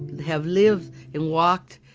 have lived and walked